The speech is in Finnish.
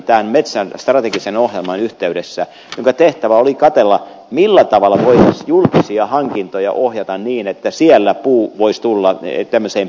minä asetin metsästrategisen ohjelman yhteydessä tällaisen työryhmän jonka tehtävä oli katsella millä tavalla voitaisiin julkisia hankintoja ohjata niin että siellä puu voisi tulla tämmöiseen prioriteettiin